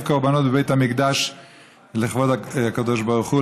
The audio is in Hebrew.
קורבנות בבית המקדש לכבוד הקדוש-ברוך-הוא,